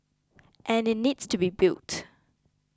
and it needs to be built